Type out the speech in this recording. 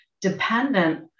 dependent